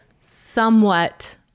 somewhat